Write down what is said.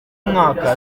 umwaka